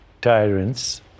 tyrants